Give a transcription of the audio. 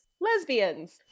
Lesbians